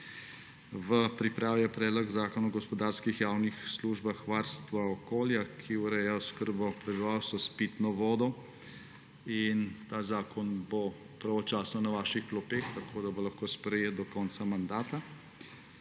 V pripravi je predlog zakona o gospodarskih javnih službah varstva okolja, ki ureja oskrbo prebivalstva s pitno vodo. Ta zakon bo pravočasno na vaših klopeh, tak, da bo lahko sprejet do konca mandata.